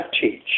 teach